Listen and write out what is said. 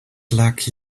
lucky